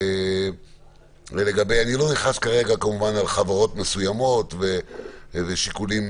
אני לא נכנס לכרגע לחברות מסוימות ושיקולים